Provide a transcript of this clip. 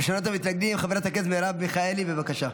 ראשונת המתנגדים, חברת הכנסת מרב מיכאלי, בבקשה.